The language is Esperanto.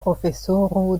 profesoro